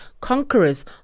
conquerors